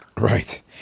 Right